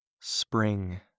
spring